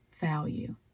value